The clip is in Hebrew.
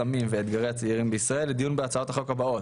סמים ואתגרי הצעירים בישראל לדיון בהצעות החוק הבאות: